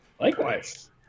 Likewise